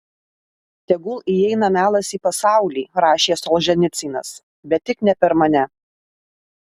tegul įeina melas į pasaulį rašė solženicynas bet tik ne per mane